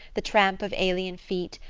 the tramp of alien feet,